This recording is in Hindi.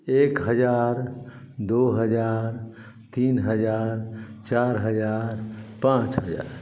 एक हज़ार दो हज़ार तीन हज़ार चार हज़ार पांच हज़ार